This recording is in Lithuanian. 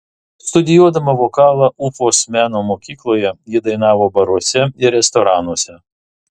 studijuodama vokalą ufos meno mokykloje ji dainavo baruose ir restoranuose